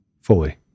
fully